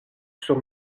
sur